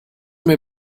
mir